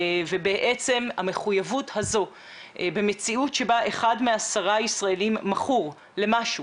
בעצם המחויבות הזו במציאות שבה אחד מעשרה ישראלים מכור למשהו,